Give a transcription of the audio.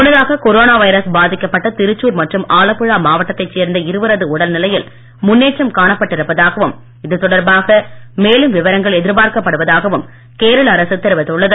முன்னதாக corona virus பாதிக்கப்பட்ட திருச்சூர் மற்றும் ஆலப்புழா மாவட்டத்தைச் சேர்ந்த இருவரது உடல் நிலையில் முன்னேற்றம் காணப்பட்டு இருப்பதாகவும் இதுதொடர்பாக மேலும் விவரங்கள் எதிர்பார்க்கப்படுவதாகவும் கேரள அரசு தெரிவித்துள்ளது